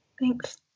Thanks